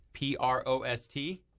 prost